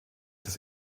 des